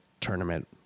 tournament